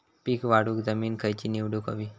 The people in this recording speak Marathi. पीक वाढवूक जमीन खैची निवडुक हवी?